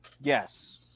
Yes